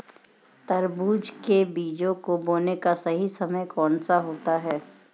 तरबूज के बीजों को बोने का सही समय कौनसा होता है?